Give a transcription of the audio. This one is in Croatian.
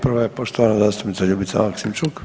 Prva je poštovana zastupnica Ljubica Maksimčuk.